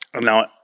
Now